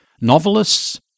novelists